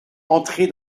entrer